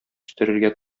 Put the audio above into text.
үстерергә